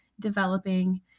developing